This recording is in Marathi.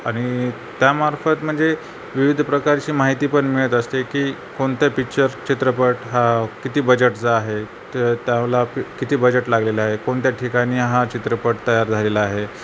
आणि त्यामार्फत म्हणजे विविध प्रकारची माहितीपण मिळत असते की कोणत्या पिच्चर चित्रपट हा किती बजेटचा आहे तर त्याला प किती बजेट लागलेला आहे कोणत्या ठिकाणी हा चित्रपट तयार झालेला आहे